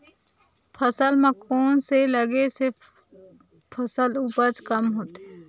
फसल म कोन से लगे से फसल उपज कम होथे?